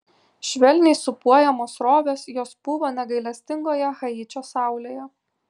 švelniai sūpuojamos srovės jos pūva negailestingoje haičio saulėje